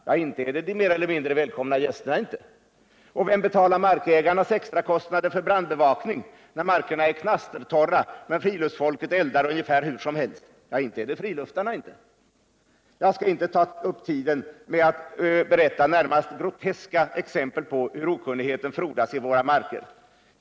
Ja, inte är det de mer eller mindre välkomna gästerna. Vem betalar 6 december 1978 markägarnas extrakostnader för brandbevakning, när markerna är knastertorra men friluftsfolket eldar ungefär hur som helst? Ja, inte är det friluftarna. Jag skall inte ta upp tiden med att berätta flera närmast groteska exempel på hur okunnigheten frodas i våra marker.